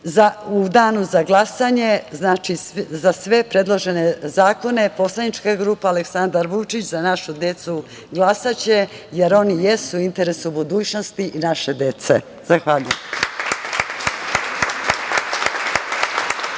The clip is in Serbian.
U danu za glasanje za sve predložene zakone poslanička grupa Aleksandar Vučić – Za našu decu će glasati, jer oni jesu u interesu budućnosti naše dece. Hvala.